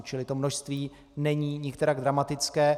Čili to množství není nikterak dramatické.